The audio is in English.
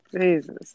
Jesus